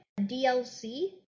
dlc